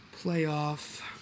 playoff